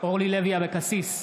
אורלי לוי אבקסיס,